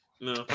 No